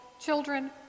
children